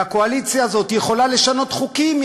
והקואליציה הזאת יכולה לשנות חוקים.